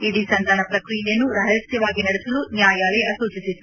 ಇಡೀ ಸಂಧಾನ ಪ್ರಕ್ರಿಯೆಯನ್ನು ರಹಸ್ಟವಾಗಿ ನಡೆಸಲು ನ್ವಾಯಾಲಯ ಸೂಚಿಸಿತ್ತು